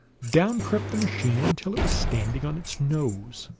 down crept the machine until it was standing on its nose.